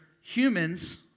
humans